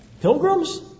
Pilgrims